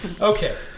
Okay